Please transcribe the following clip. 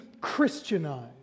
Christianized